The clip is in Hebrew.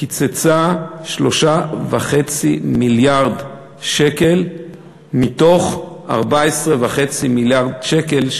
קיצצה 3.5 מיליארד שקלים מתוך 14.5 מיליארד שקלים,